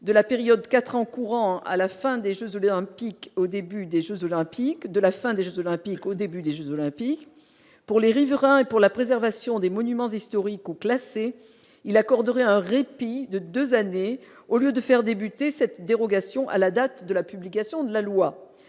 de la période 4 en courant à la fin des Jeux olympiques au début des Jeux olympiques de la fin des Jeux olympiques au début des Jeux olympiques pour les riverains et pour la préservation des monuments historiques ou classé il accorderait un répit de 2 années au lieu de faire débuter cette dérogation à la date de la publication de la loi,